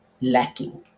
lacking